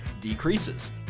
decreases